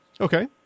Okay